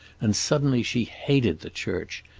and suddenly she hated the church.